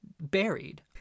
buried